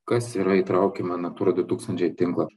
kas yra įtraukiama į natūra du tūkstančiai tinklą